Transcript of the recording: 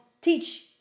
teach